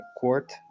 court